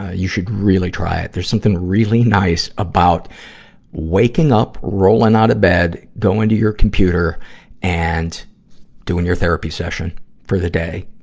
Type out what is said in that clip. you should really try it. there's something really nice about waking up, rolling out of bed, going to your computer and doing your therapy session for the day.